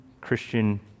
Christian